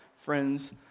friends